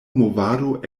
movado